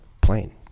plane